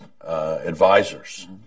advisors